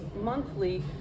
monthly